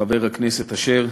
חבר הכנסת אשר.